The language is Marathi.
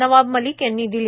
नवाब मलिक यांनी दिली